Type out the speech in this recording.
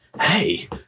hey